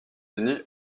unis